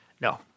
No